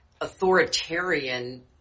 authoritarian